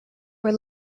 were